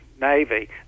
Navy